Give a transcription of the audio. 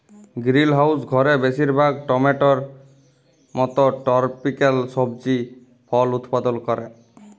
greenhouse ঘরে বেশিরভাগ টমেটোর মত টরপিক্যাল সবজি ফল উৎপাদল ক্যরা